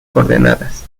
coordenadas